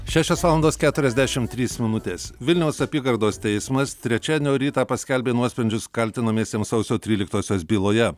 šešios valandos keturiasdešim trys minutės vilniaus apygardos teismas trečiadienio rytą paskelbė nuosprendžius kaltinamiesiems sausio tryliktosios byloje